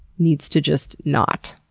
needs to just, not.